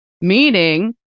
Meaning